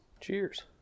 Cheers